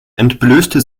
entblößte